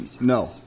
No